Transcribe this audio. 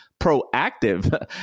proactive